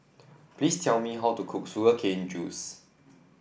please tell me how to cook Sugar Cane Juice